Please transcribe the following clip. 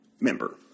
member